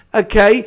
okay